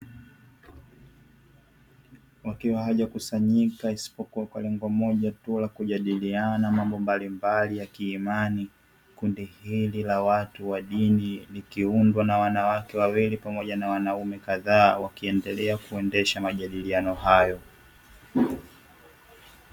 Wakiwa hawajakusanyika isipokuwa kwa lengo moja tu, la kujadiliana mambo mbalimbali ya kiimani. Kundi hili la watu wa dini, likiundwa na wanawake wawili pamoja na wanaume kadhaa, wakiendelea kuendesha majadiliano hayo.